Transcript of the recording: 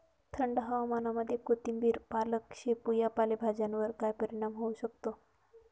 थंड हवामानामध्ये कोथिंबिर, पालक, शेपू या पालेभाज्यांवर काय परिणाम होऊ शकतो?